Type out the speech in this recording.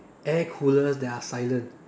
air coolers that are silent